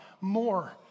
more